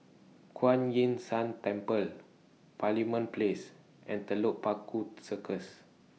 Kuan Yin San Temple Parliament Place and Telok Paku Circus